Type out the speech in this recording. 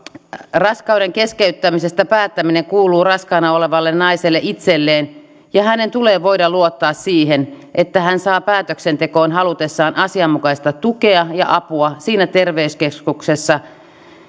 raskauden keskeyttämisestä päättäminen kuuluu raskaana olevalle naiselle itselleen ja hänen tulee voida luottaa siihen että hän saa päätöksentekoon halutessaan asianmukaista tukea ja apua siinä terveyskeskuksessa